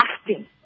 acting